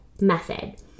method